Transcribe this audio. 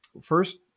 first